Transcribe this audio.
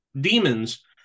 demons